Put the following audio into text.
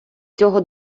цього